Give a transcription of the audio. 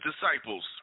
disciples